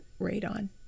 radon